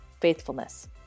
faithfulness